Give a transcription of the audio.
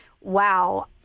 wow